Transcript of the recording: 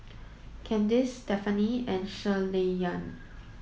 Candice Stephaine and Shirleyann